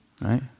Right